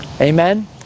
Amen